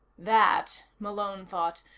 that, malone thought,